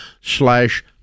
slash